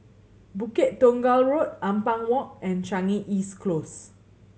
Bukit Tunggal Road Ampang Walk and Changi East Close